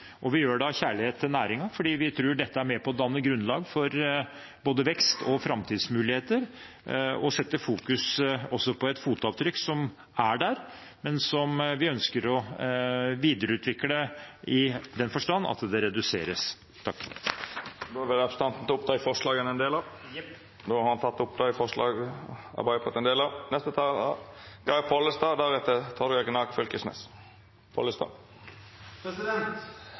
saken. Vi gjør det av kjærlighet til næringen fordi vi tror dette er med på å danne grunnlag for både vekst- og framtidsmuligheter og også fokusere på et fotavtrykk som er der, men som vi ønsker å videreutvikle, i den forstand at det reduseres. Jeg tar opp de forslagene som Arbeiderpartiet er medforslagsstiller til. Representanten Terje Aasland har teke opp dei forslaga han refererte til. Når det gjeld forslaga, viser eg til representanten Aasland sin gjennomgang av dei. Senterpartiet deler òg den kjærleiken som han